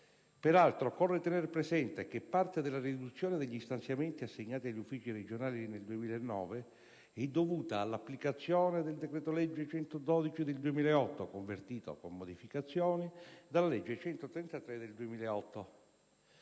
Peraltro, occorre tener presente che parte della riduzione degli stanziamenti assegnati agli uffici regionali nel 2009 è dovuta all'applicazione del decreto-legge n. 112 del 2008, convertito, con modificazioni, dalla legge n. 133 del 2008.